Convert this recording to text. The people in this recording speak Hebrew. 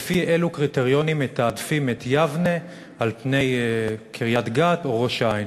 לפי אילו קריטריונים מתעדפים את יבנה על פני קריית-גת או ראש-העין?